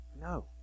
No